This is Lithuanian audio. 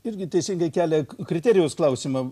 irgi teisingai kelia kriterijaus klausimą